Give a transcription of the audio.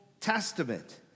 Testament